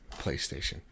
PlayStation